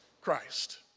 Christ